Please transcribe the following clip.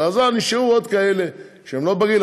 אז נשארו עוד כאלה שהם לא בגיל,